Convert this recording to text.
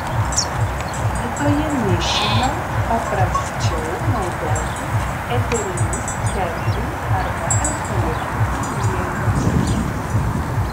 vietoje mišinio paprasčiau naudoti eterinius kedrų arba eukaliptų aliejus